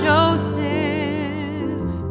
Joseph